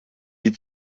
die